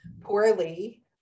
poorly